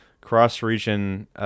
cross-region